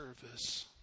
service